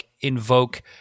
invoke